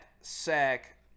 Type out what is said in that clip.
sack